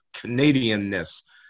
Canadian-ness